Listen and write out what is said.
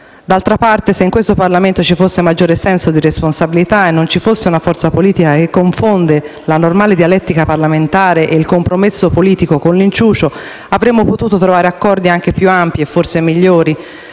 D'altra parte, se in questo Parlamento ci fosse maggiore senso di responsabilità e non ci fosse una forza politica che confonde la normale dialettica parlamentare e il compromesso politico con l'inciucio, avremmo potuto trovare accordi più ampi, e forse migliori,